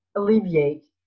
alleviate